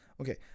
Okay